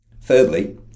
Thirdly